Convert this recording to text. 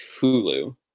Hulu